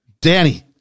Danny